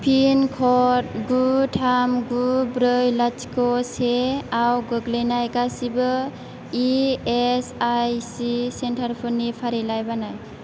pin कड गु थाम गु ब्रै लाथिख' से आव गोग्लैनाय गासिबो इ एस आइ सि सेन्टारफोरनि फारिलाइ बानाय